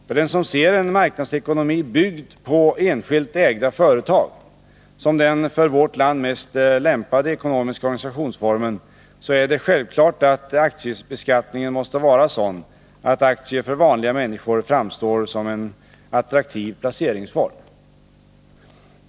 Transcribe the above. För den som ser en marknadsekonomi byggd på enskilt ägda företag som den för vårt land mest lämpade ekonomiska organisationsformen är det självklart att aktiebeskattningen måste vara sådan att aktier för vanliga människor framstår som en attraktiv placeringsform.